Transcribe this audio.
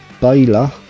Baylor